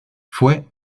fue